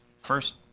first